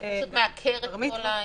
זה פשוט מעקר את כל העניין.